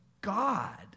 God